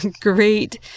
great